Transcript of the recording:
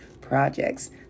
projects